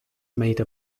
made